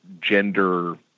gender